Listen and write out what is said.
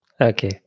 Okay